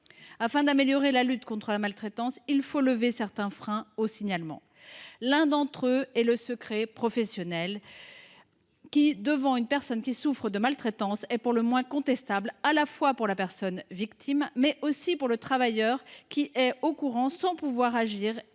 Afin d’améliorer la lutte contre la maltraitance, il faut lever certains freins au signalement. L’un d’entre eux est le secret professionnel : face à une personne qui souffre de maltraitance, le respect de ce principe est pour le moins contestable, à la fois pour la personne victime, mais aussi pour le travailleur qui est au courant, sans pouvoir agir